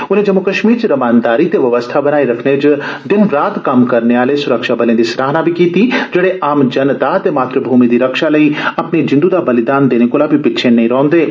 उन्ने जम्मू कश्मीर च रमानदारी ते व्यवस्था बनाई रखने च दिन रात कम्म करने आले सुरक्षाबलें दी सराहना बी कीती जेड़े आम जतना ते मातृभूमि दी रक्षा लेई अपनी जिन्दू दा बलिदान देने कोला बी पिच्छे नेई रौहद्वे